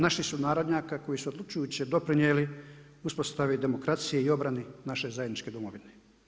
Naših sunarodnjaka koji su odlučujuće doprinijeli uspostavi demokracije i obrani naše zajedničke domovine.